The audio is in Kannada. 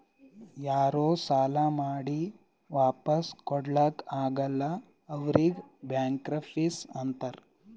ಯಾರೂ ಸಾಲಾ ಮಾಡಿ ವಾಪಿಸ್ ಕೊಡ್ಲಾಕ್ ಆಗಲ್ಲ ಅವ್ರಿಗ್ ಬ್ಯಾಂಕ್ರಪ್ಸಿ ಅಂತಾರ್